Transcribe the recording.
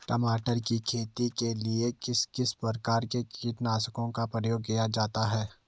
टमाटर की खेती के लिए किस किस प्रकार के कीटनाशकों का प्रयोग किया जाता है?